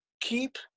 keep